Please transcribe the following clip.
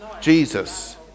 Jesus